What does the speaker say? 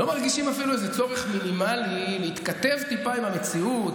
הם לא מרגישים אפילו צורך מינימלי להתכתב טיפה עם המציאות,